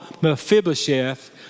Mephibosheth